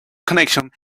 connection